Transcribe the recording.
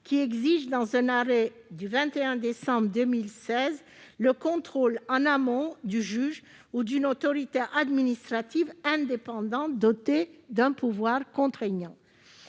qui exige, dans son arrêt du 21 décembre 2016, le contrôle du juge en amont ou d'une autorité administrative indépendante dotée d'un pouvoir contraignant.